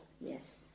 Yes